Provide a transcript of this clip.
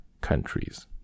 countries